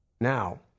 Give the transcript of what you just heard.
Now